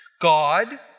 God